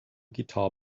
guitar